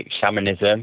shamanism